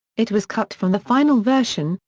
it was cut from the final version,